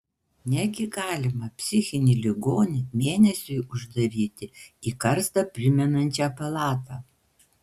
negi galima psichinį ligonį mėnesiui uždaryti į karstą primenančią patalpą